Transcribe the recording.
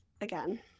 again